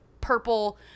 purple